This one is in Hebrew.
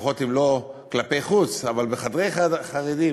לפחות אם לא כלפי חוץ אז בחדרי חרדים,